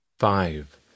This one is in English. Five